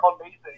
amazing